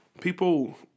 people